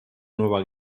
nueva